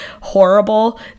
horrible